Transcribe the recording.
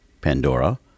Pandora